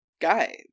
guy